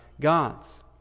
God's